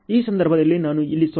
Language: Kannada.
ಈ ಸಂದರ್ಭದಲ್ಲಿ ನಾನು ಇಲ್ಲಿ 0